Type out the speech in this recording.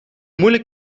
moeilijk